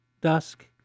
dusk